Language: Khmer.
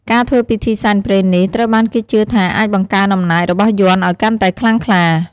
ការធ្វើពិធីសែនព្រេននេះ ត្រូវបានគេជឿថាអាចបង្កើនអំណាចរបស់យ័ន្តឱ្យកាន់តែខ្លាំងក្លា។